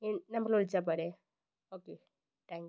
ഈ നമ്പറിൽ വിളിച്ചാൽ പോരേ ഓക്കേ താങ്ക് യു